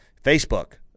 Facebook